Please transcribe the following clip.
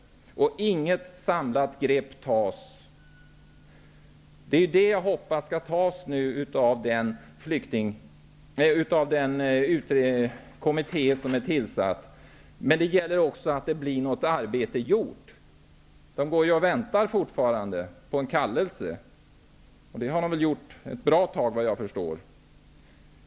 Inget samlat grepp tas. Jag hoppas att den kommitté som är tillsatt skall ta ett sådant samlat grepp. Det gäller också att arbetet blir gjort. Medlemmarna i kommittén går fortfarande och väntar på en kallelse, och det har de såvitt jag förstår gjort ett bra tag.